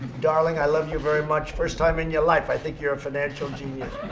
darling, i love you very much. first time in your life, i think you're a financial genius.